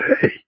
hey